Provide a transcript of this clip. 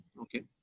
Okay